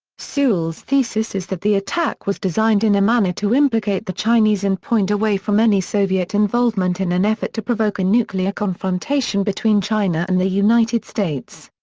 sewell's thesis is that the attack was designed in a manner to implicate the chinese and point away from any soviet involvement in an effort to provoke a nuclear confrontation between china and the united states.